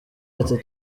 ati